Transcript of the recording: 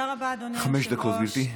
חמש דקות, גברתי.